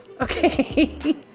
okay